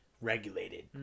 regulated